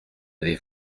avez